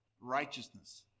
righteousness